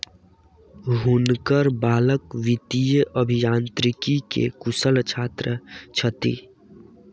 हुनकर बालक वित्तीय अभियांत्रिकी के कुशल छात्र छथि